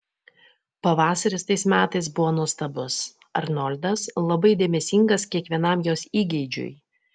pavasaris tais metais buvo nuostabus arnoldas labai dėmesingas kiekvienam jos įgeidžiui